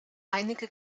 einige